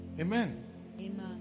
Amen